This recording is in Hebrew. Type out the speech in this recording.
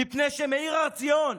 מפני שמאיר הר-ציון,